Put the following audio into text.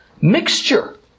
mixture